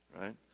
right